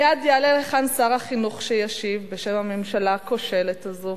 מייד יעלה לכאן שר החינוך שישיב בשם הממשלה הכושלת הזו,